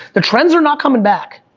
the trends are not coming back.